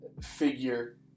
figure